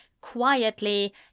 quietly